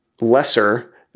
lesser